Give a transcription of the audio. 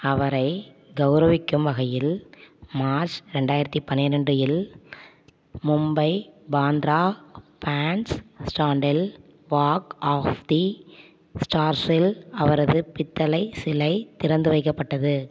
அவரை கவுரவிக்கும் வகையில் மார்ச் ரெண்டாயிரத்துபன்னிரெண்டு இல் மும்பை பாந்த்ரா பேண்ட்ஸ் அஸ்டாண்டில் வாக் ஆஃப் தி ஸ்டார்ஸில் அவரது பித்தளை சிலை திறந்து வைக்கப்பட்டது